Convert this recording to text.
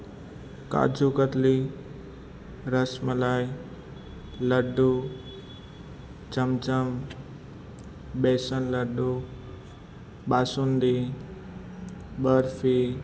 કાજુકતરી rasmalai laddu chamcham besan laddu basundi barfi